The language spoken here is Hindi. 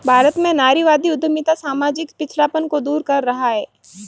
भारत में नारीवादी उद्यमिता सामाजिक पिछड़ापन को दूर कर रहा है